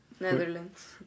Netherlands